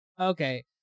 Okay